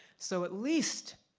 so at least,